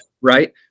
Right